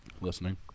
Listening